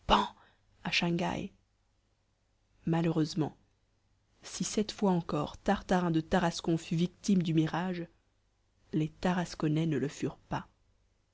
shang hai malheureusement si cette fois encore tartarin de tarascon fut victime du mirage les tarasconnais ne le furent pas